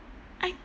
I